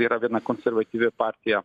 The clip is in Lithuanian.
tai yra gana konservatyvi partija